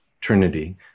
Trinity